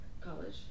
college